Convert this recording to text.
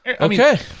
okay